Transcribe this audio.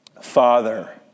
Father